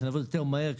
שנעבוד יותר מהר,